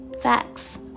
Facts